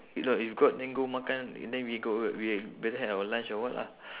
if not if got then go makan and then we go we've better have our lunch or what lah